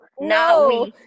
No